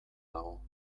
dago